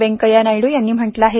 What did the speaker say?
व्यंकय्या नायडू यांनी म्हटले आहे